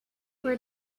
where